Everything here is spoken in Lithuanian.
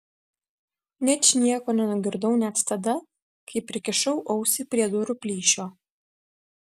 ničnieko nenugirdau net tada kai prikišau ausį prie durų plyšio